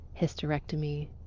hysterectomy